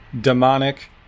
demonic